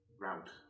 route